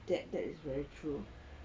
that that is very true